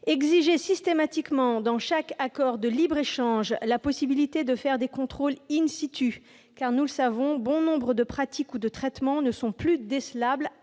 d'exiger systématiquement, dans chaque accord de libre-échange, la possibilité de faire des contrôles, car bon nombre de pratiques ou de traitements ne sont plus décelables